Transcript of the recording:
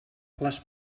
les